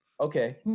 Okay